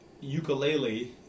Ukulele